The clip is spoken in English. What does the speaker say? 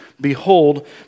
behold